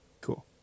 Cool